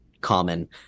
common